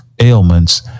ailments